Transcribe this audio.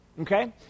okay